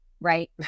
right